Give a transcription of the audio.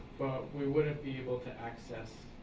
we wouldn't be able to access